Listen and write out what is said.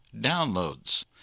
Downloads